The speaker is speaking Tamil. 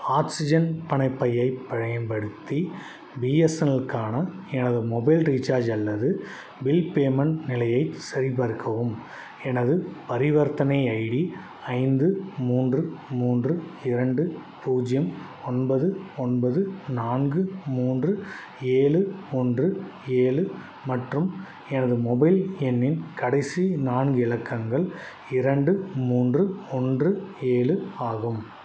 ஆக்ஸிஜன் பணப்பையைப் பயன்படுத்தி பிஎஸ்என்எல்லுக்கான எனது மொபைல் ரீச்சார்ஜ் அல்லது பில் பேமண்ட் நிலையைச் சரிபார்க்கவும் எனது பரிவர்த்தனை ஐடி ஐந்து மூன்று மூன்று இரண்டு பூஜ்ஜியம் ஒன்பது ஒன்பது நான்கு மூன்று ஏழு ஒன்று ஏழு மற்றும் எனது மொபைல் எண்ணின் கடைசி நான்கு இலக்கங்கள் இரண்டு மூன்று ஒன்று ஏழு ஆகும்